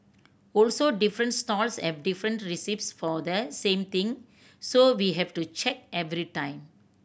also different stalls have different recipes for the same thing so we have to check every time